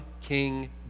King